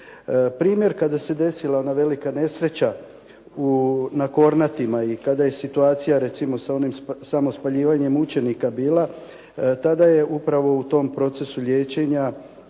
Primjer kada se desila velika nesreća na Kornatima i kada je situacija recimo sa onim samospaljivanjem učenika, tada je upravo u tom procesu liječenja